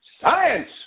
Science